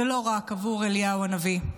ולא רק עבור אליהו הנביא?